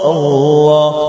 Allah